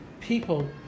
people